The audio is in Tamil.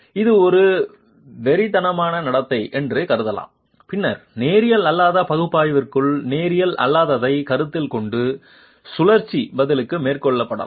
இது ஒரு வெறித்தனமான நடத்தை என்றும் கருதலாம் பின்னர் நேரியல் அல்லாத பகுப்பாய்விற்குள் நேரியல் அல்லாததைக் கருத்தில் கொண்டு சுழற்சி பதிலும் மேற்கொள்ளப்படலாம்